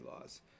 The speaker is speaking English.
laws